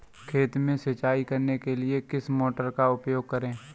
खेत में सिंचाई करने के लिए किस मोटर का उपयोग करें?